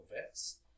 vets